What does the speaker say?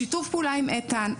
בשיתוף פעולה עם איתן,